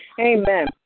Amen